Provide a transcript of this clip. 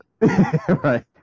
Right